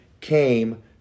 came